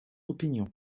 opinion